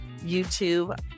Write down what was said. YouTube